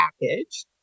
package